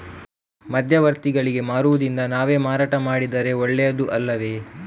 ಮಧ್ಯವರ್ತಿಗಳಿಗೆ ಮಾರುವುದಿಂದ ನಾವೇ ಮಾರಾಟ ಮಾಡಿದರೆ ಒಳ್ಳೆಯದು ಅಲ್ಲವೇ?